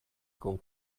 con